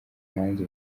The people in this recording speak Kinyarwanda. hanze